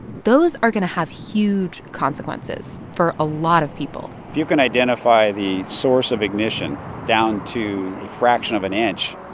those are going to have huge consequences for a lot of people if you can identify the source of ignition down to a fraction of an inch,